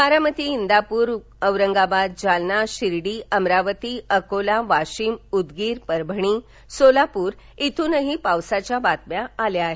बारामती इंदापूर औरंगाबाद जालना शिर्डी अमरावती अकोला वाशिम उदगीर परभणी सोलापूर मधूनही पावसाच्या बातम्या आल्या आहेत